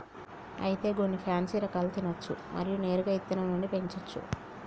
అయితే గొన్ని పాన్సీ రకాలు తినచ్చు మరియు నేరుగా ఇత్తనం నుండి పెంచోచ్చు